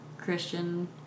Christian